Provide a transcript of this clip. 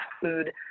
food